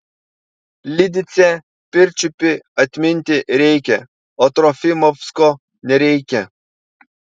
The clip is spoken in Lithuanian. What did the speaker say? lidicę pirčiupį atminti reikia o trofimovsko nereikia